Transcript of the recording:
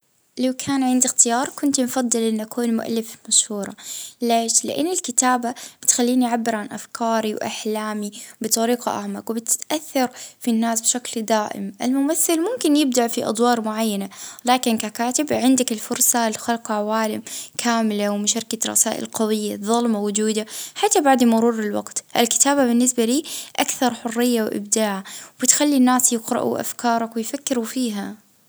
اه نفضل أن نكون مؤلف مشهور، اه لأن ال-الكلمة تعيش أطول.